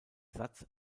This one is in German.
satz